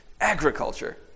agriculture